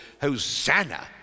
Hosanna